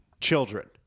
children